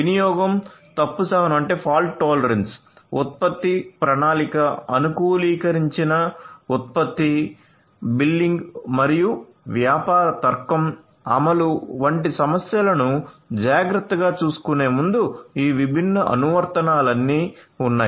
వినియోగం తప్పు సహనం బిల్లింగ్ మరియు వ్యాపార తర్కం అమలు వంటి సమస్యలను జాగ్రత్తగా చూసుకునే ముందు ఈ విభిన్న అనువర్తనాలన్నీ ఉన్నాయి